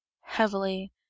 heavily